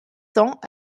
cents